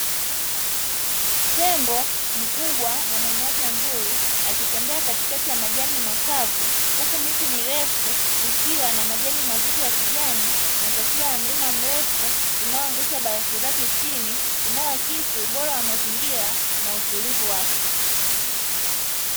Tembo mkubwa na mwenye afya nzuri akitembea katikati ya majani makavu huku miti mirefu ikiwa na majani mazito ya kijani na taswira ya mlima mrefu inayo angusha barafu zake chini, inayo akisi ubora wa mazingira na utulivu wake.